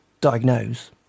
diagnose